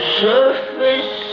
surface